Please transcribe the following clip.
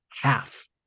half